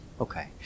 Okay